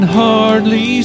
hardly